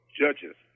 judges